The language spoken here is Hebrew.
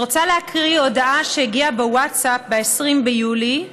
אני רוצה לקרוא הודעה שהגיעה בווטסאפ ב-20 ביולי,